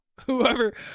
Whoever